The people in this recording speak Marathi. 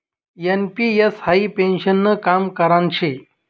एन.पी.एस हाई पेन्शननं काम करान शे